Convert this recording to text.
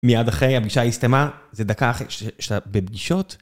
מיד אחרי הפגישה הסתיימה, זה דקה אחרי שאתה בפגישות.